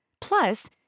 Plus